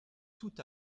tout